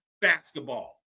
basketball